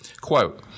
Quote